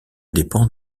dépend